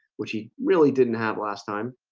which he really didn't have last time